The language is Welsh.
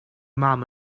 mam